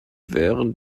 während